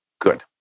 good